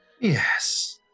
Yes